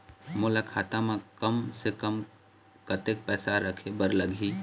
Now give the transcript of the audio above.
मोला खाता म कम से कम कतेक पैसा रखे बर लगही?